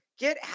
Get